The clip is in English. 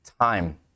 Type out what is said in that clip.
time